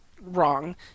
wrong